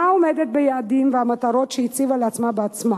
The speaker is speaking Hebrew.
עומדת ביעדים ובמטרות שהציבה לעצמה בעצמה.